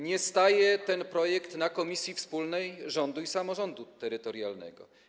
Nie staje ten projekt w Komisji Wspólnej Rządu i Samorządu Terytorialnego.